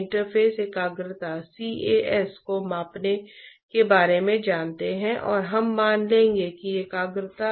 convection यहाँ एक भूमिका क्यों निभाता है इसका कारण यह है कि द्रव का घनत्व स्थानीय तापमान पर निर्भर करता है